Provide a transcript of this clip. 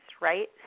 right